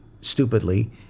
stupidly